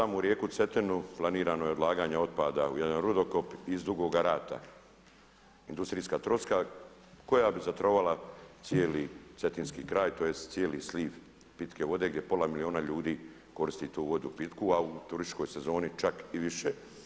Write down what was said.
Uz samu rijeku Cetinu planirano je odlaganje otpada u jedan rudokop iz Dugoga Rata, industrijska … koja bi zatrovala cijeli cetinski kraj, tj. cijeli sliv pitke vode gdje pola milijuna ljudi koristi tu vodu pitku, a u turističkoj sezoni čak i više.